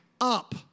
up